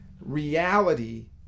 Reality